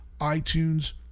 itunes